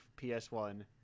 ps1